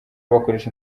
bakoresha